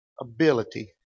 ability